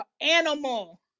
animal